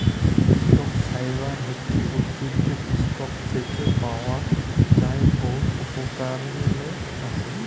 stock fibre হছে উদ্ভিদের ইসটক থ্যাকে পাওয়া যার বহুত উপকরলে আসে